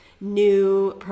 new